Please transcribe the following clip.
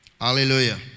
Hallelujah